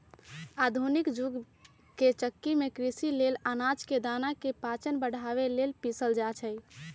आधुनिक जुग के चक्की में कृषि लेल अनाज के दना के पाचन बढ़ाबे लेल पिसल जाई छै